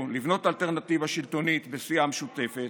ולבנות אלטרנטיבה שלטונית בסיעה משותפת.